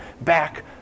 back